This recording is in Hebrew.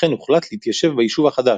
לכן הוחלט להתיישב ביישוב החדש,